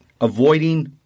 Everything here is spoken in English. avoiding